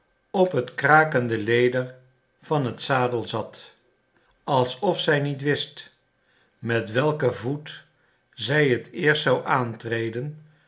op het krakende leder van den zadel zat alsof zij niet wist met welken voet zij het eerst zou aantreden